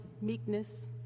meekness